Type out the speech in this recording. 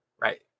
Right